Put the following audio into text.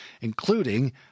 including